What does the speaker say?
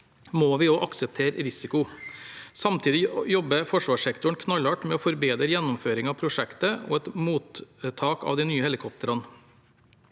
også akseptere risiko. Samtidig jobber forsvarssektoren knallhardt med å forberede gjennomføring av prosjektet og et mottak av de nye helikoptrene.